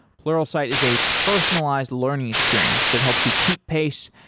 pluralsight is a personalized learning experience that helps you keep pace.